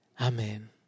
Amen